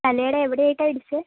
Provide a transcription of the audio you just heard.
തലയുടെ എവിടെയായിട്ടാണ് ഇടിച്ചത്